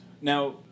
Now